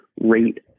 rate